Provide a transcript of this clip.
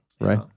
right